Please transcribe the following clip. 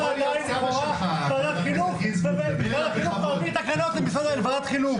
עוברות תקנות לוועדת החינוך.